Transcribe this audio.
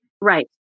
Right